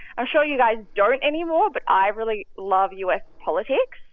i'm sure you guys don't anymore, but i really love u s. politics